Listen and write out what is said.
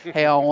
hey,